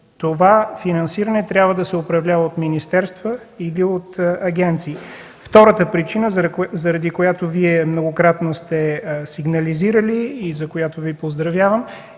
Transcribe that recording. това финансиране трябва да се управлява от министерства или от агенции. Втората причина, заради която Вие многократно сте сигнализирали и за което Ви поздравявам,